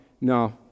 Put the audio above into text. no